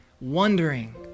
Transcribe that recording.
wondering